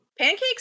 Pancake's